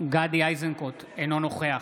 אינו נוכח